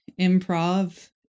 improv